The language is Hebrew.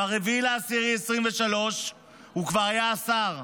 ב-4 באוקטובר 2023 הוא כבר היה שר,